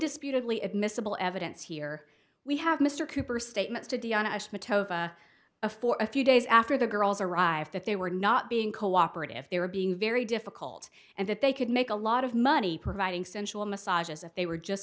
indisputably admissible evidence here we have mr cooper statements to the a for a few days after the girls arrived that they were not being cooperative they were being very difficult and that they could make a lot of money providing sensual massage as if they were just